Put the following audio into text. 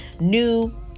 new